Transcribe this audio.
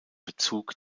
bezug